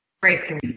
Breakthrough